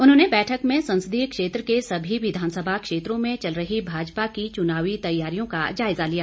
उन्होंने बैठक में संसदीय क्षेत्र के सभी विधानसभा क्षेत्रों में चल रही भाजपा की चुनावी तैयारियों का जायजा लिया